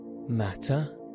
Matter